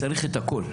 צריך את הכול,